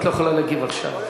את לא יכולה להגיב עכשיו.